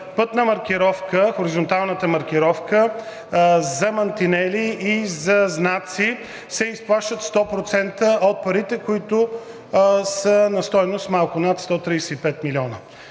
пътна маркировка – хоризонталната маркировка, за мантинели и за знаци се изплащат 100% от парите, които са на стойност малко над 135 милиона,